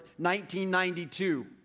1992